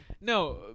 No